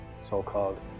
so-called